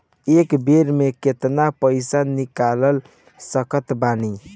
एक बेर मे केतना पैसा निकाल सकत बानी?